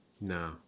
No